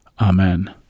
amen